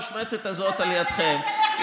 המושמצת על ידכם,